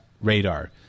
radar